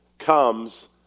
comes